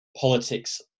politics